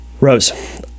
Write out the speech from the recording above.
Rose